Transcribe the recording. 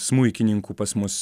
smuikininkų pas mus